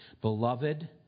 Beloved